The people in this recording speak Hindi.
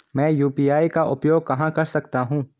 मैं यू.पी.आई का उपयोग कहां कर सकता हूं?